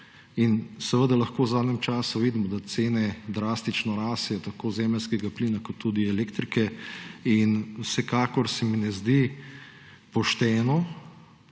Seveda lahko v zadnjem času vidimo, da cene drastično rastejo tako zemeljskega plina kot tudi elektrike. Vsekakor se mi ne zdi pošteno,